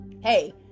Hey